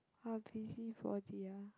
uh busybody ah